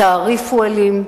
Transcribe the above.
התעריף הוא אלים.